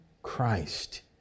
Christ